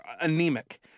anemic